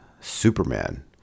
Superman